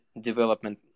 development